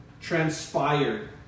transpired